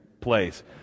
place